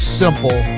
simple